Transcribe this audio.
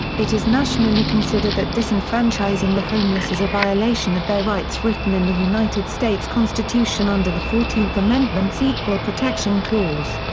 it is nationally considered that disenfranchising the homeless is a violation of their rights written in the united states constitution under the fourteenth amendment's equal protection clause.